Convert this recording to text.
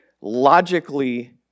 logically